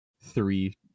three